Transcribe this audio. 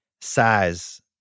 size